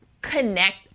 connect